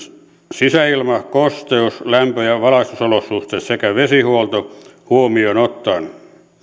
sisäilma kosteus lämpö ja valaistusolosuhteet sekä vesihuolto huomioon ottaen